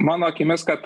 mano akimis kad